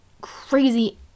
crazy